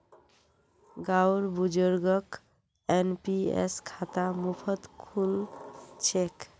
गांउर बुजुर्गक एन.पी.एस खाता मुफ्तत खुल छेक